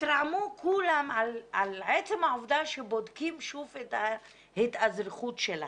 התרעמו כולם על עצם העובדה שבודקים שוב את ההתאזרחות שלהם.